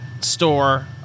store